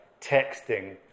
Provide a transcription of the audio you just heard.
texting